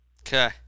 Okay